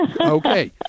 Okay